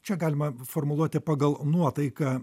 čia galima formuluoti pagal nuotaiką